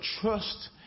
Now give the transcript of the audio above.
trust